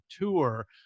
tour